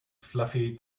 fluffy